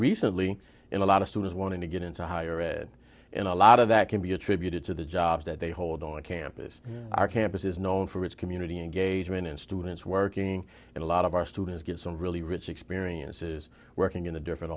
recently in a lot of students want to get into higher ed in a lot of that can be attributed to the jobs that they hold on campus our campus is known for its community engagement in students working in a lot of our students get some really rich experiences working in the different